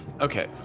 Okay